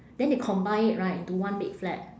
then they combine it right into one big flat